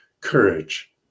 courage